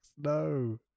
no